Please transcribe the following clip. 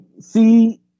see